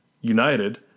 United